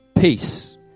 Peace